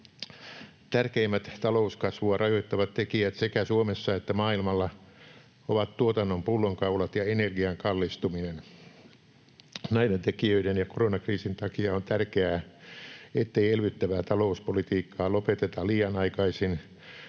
Tärkeimmät talouskasvua rajoittavat tekijät sekä Suomessa että maailmalla ovat tuotannon pullonkaulat ja energian kallistuminen. Näiden tekijöiden ja koronakriisin takia on tärkeää, ettei elvyttävää talouspolitiikkaa lopeteta liian aikaisin,